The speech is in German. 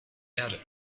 erde